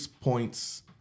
points